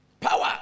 Power